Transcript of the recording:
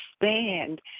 expand